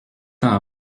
temps